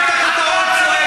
פחדנים, הכותרות.